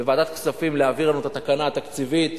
בוועדת הכספים להעביר לנו את התקנה התקציבית,